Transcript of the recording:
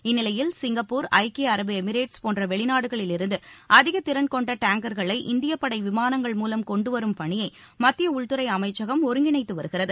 இந்நிலையில் சிங்கப்பூர் ஐக்கிய அரபு எமிரேட்ஸ் போன்ற வெளிநாடுகளில் இருந்து அதிக திறன் கொண்ட டேங்கர்களை இந்தியப்படை விமானங்கள் மூலம் கொண்டுவரும் பணியை மத்திய உள்துறை அமைச்சகம் ஒருங்கிணைத்து வருகிறது